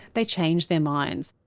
they changed their minds.